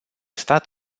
stat